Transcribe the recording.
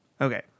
Okay